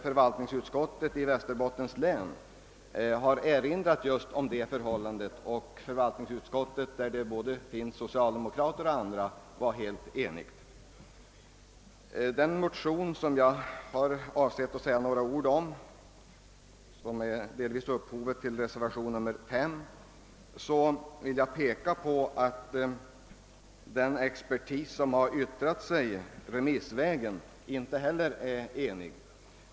Förvaltningsutskottet i Västerbottens län har erinrat just om detta förhållande och därvid var förvaltningsutskottet — vars ledamöter tillhör såväl det socialdemokratiska partiet som andra partier -— helt enigt. När det gäller den motion om ev. överförande av domänskogar till andra ägarkategorier som jag har avsett att beröra i all korthet — och på vilken reservationen 5 delvis grundar sig — vill jag framhålla att den expertis som yttrat. sig remissvägen inte heller är enig.